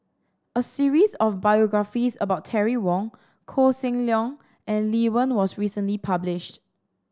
a series of biographies about Terry Wong Koh Seng Leong and Lee Wen was recently published